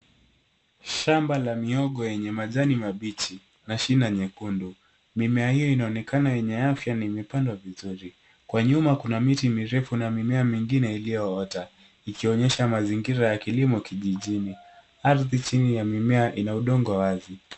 Shamba la miogo yenye majani mabichi na shina nyekundu. Mimea hio inaonekana yenye afya na imepandwa vizuri. Kwa nyuma kuna miti mirefu na mimea mingine iliyoota, ikionyesha mazingira ya kilimo kijijini. Ardhi chini ya mimea ina udongo wazi.